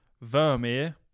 Vermeer